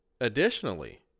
Additionally